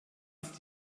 ist